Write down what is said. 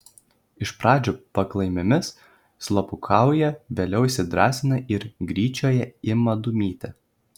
iš pradžių paklaimėmis slapukauja vėliau įsidrąsina ir gryčioje ima dūmyti